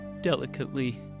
delicately